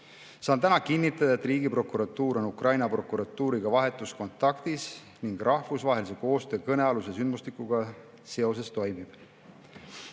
Saan täna kinnitada, et Riigiprokuratuur on Ukraina prokuratuuriga vahetus kontaktis ning rahvusvaheline koostöö kõnealuse sündmustikuga seoses toimib.